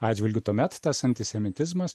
atžvilgiu tuomet tas antisemitizmas